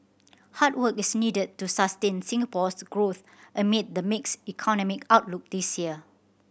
hard work is needed to sustain Singapore's growth amid the mixed economic outlook this year